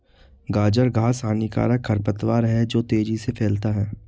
गाजर घास हानिकारक खरपतवार है जो तेजी से फैलता है